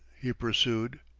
he pursued,